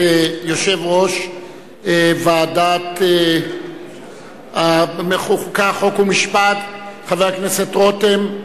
יושב-ראש ועדת החוקה, חוקה ומשפט, חבר הכנסת רותם,